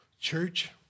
Church